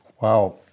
Wow